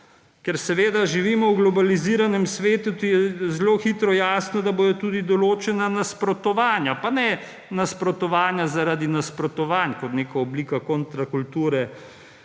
Ker seveda živimo v globaliziranem svetu, ti je zelo hitro jasno, da bodo tudi določena nasprotovanja, pa ne nasprotovanja zaradi nasprotovanj kot neka oblika kontrakulture,